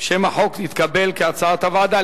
שם החוק נתקבל כהצעת הוועדה.